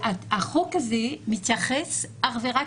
ועכשיו אנחנו שומעים כאן בוועדה שבכלל